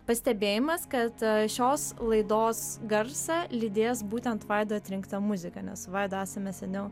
pastebėjimas kad šios laidos garsą lydės būtent vaido atrinkta muzika nes su vaidu esame seniau